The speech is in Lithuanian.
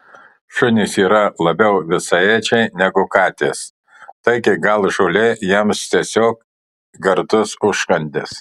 šunys yra labiau visaėdžiai negu katės taigi gal žolė jiems tiesiog gardus užkandis